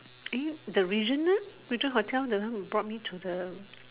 eh the regent leh regent hotel the one you brought me to the